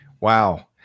Wow